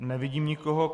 Nevidím nikoho.